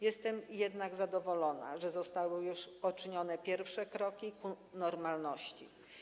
Jestem jednak zadowolona, że zostały już poczynione pierwsze kroki ku normalności.